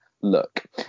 look